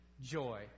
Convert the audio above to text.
joy